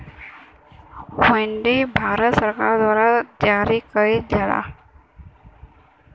हुंडी भारत सरकार द्वारा जारी करल जाला